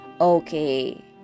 okay